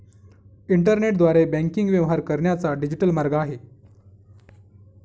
इंटरनेटद्वारे बँकिंग व्यवहार करण्याचा डिजिटल मार्ग आहे